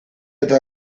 eta